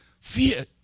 Fear